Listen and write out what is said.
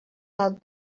out